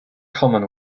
common